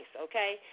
okay